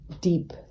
deep